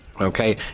Okay